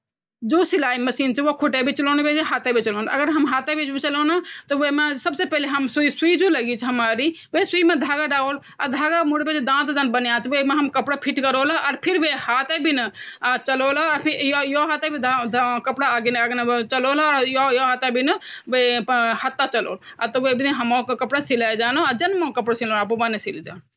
कृत्रिम स्वीटनरा के फायदा छिन -यि कार्बोहाईड्रेट नि व्हंदन, यूँमा कैलरी नि व्हंदि, यि दाँतो की सड़न, केविटी पैदा नि करदन। यूँका नुकसान छिन -यि मधुमेह रोग्यूं ते नुकसानदायक व्हंदन, यि पेट का अच्छा बैक्टीरिया ते कम करदन।